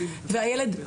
והילד שהה,